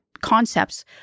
concepts